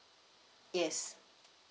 yes